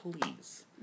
please